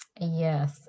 Yes